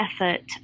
effort